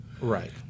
Right